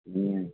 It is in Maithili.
हूँ